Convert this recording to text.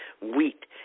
wheat